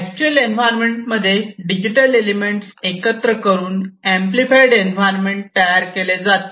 actual environment मध्ये digital elements एकत्र करून एंपलीफाईंड एन्व्हायरमेंट तयार केले जाते